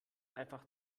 einfach